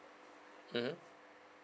mmhmm